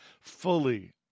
fully